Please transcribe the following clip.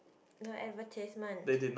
the advertisement